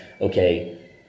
okay